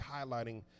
highlighting